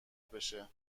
بشه